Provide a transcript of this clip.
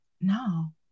No